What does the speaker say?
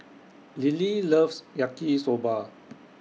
Lillie loves Yaki Soba